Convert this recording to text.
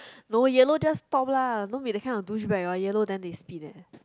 no yellow just stop lah don't be that kind of douchebag orh yellow then they speed leh